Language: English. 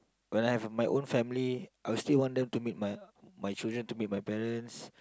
when I have my own family I will still want them to meet my my children to meet my parents